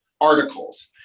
articles